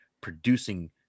producing